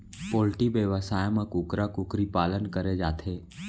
poultry बेवसाय म कुकरा कुकरी पालन करे जाथे